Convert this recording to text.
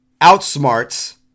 outsmarts